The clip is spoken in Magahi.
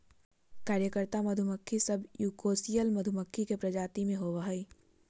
कार्यकर्ता मधुमक्खी सब यूकोसियल मधुमक्खी के प्रजाति में से होबा हइ